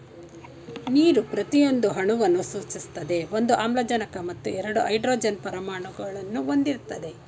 ನೀರು ಪ್ರತಿಯೊಂದು ಅಣುವನ್ನು ಸೂಚಿಸ್ತದೆ ಒಂದು ಆಮ್ಲಜನಕ ಮತ್ತು ಎರಡು ಹೈಡ್ರೋಜನ್ ಪರಮಾಣುಗಳನ್ನು ಹೊಂದಿರ್ತದೆ